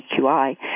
EQI